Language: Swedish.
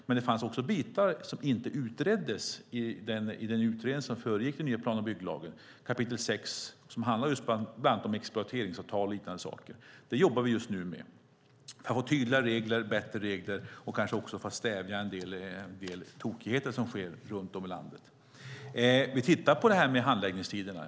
Men det fanns också delar som inte utreddes i den utredning som föregick den nya plan och bygglagen, kap. 6 som handlar just om mark och exploateringsavtal och liknande frågor. Det jobbar vi just nu med för att få tydligare och bättre regler och kanske också för att stävja en del tokigheter som sker runt om i landet. Vi tittar på detta med handläggningstiderna.